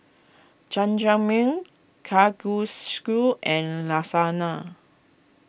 Jajangmyeon and Lasagna